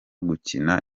gukina